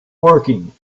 working